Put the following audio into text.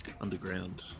underground